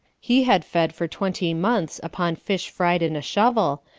he had fed for twenty months upon fish fried in a shovel,